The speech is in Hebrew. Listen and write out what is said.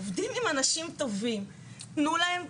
עובדים עם אנשים טובים, תנו להם.